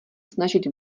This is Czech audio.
snažit